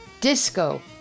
disco